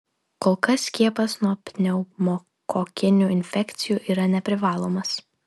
kol kas skiepas nuo pneumokokinių infekcijų yra neprivalomas